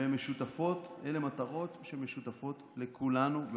אלה מטרות שמשותפות לכולנו,